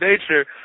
nature